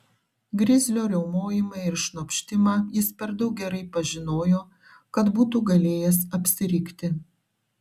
grizlio riaumojimą ir šnopštimą jis per daug gerai pažinojo kad būtų galėjęs apsirikti